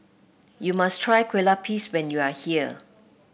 you must try Kue Lupis when you are here